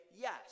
yes